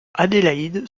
adélaïde